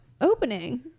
opening